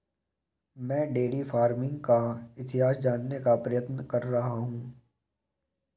मैं dairy farming का इतिहास जानने का प्रयत्न कर रहा हूं